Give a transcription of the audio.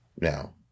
Now